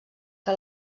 que